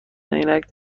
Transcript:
عینک